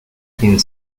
quien